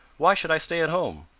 why should i stay at home?